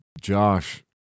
Josh